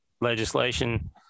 legislation